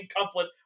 couplet